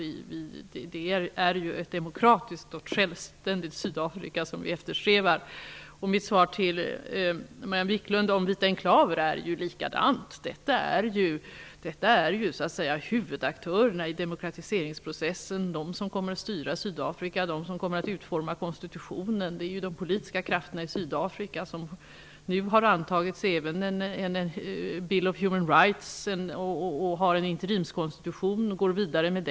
Det är ju ett demokratiskt och självständigt Sydafrika som vi eftersträvar. Mitt svar till Margareta Viklund om vita enklaver är detsamma. Detta är ju huvudaktörerna i demokratiseringsprocessen, som kommer att styra Sydafrika, som kommer att utforma konstitutionen. Det är de politiska krafterna i Sydafrika som nu även har antagit en ''bill of human rights'', och de har en interimskonstitution som de går vidare med.